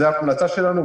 זאת ההמלצה שלנו,